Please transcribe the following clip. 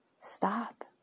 stop